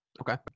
Okay